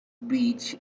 beach